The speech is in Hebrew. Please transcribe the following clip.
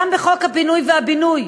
גם בחוק הפינוי והבינוי